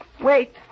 Wait